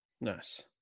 Nice